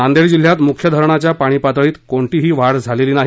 नांदेड जिल्ह्यात मुख्य धरणाच्या पाणी पातळीत कोणतीही वाढ झालेली नाही